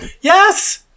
yes